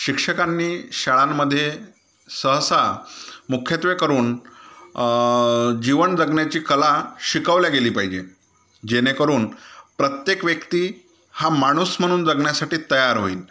शिक्षकांनी शाळांमध्ये सहसा मुख्यत्वे करून जीवन जगण्याची कला शिकवल्या गेली पाहिजे जेणेकरून प्रत्येक व्यक्ती हा माणूस म्हणून जगण्यासाठी तयार होईल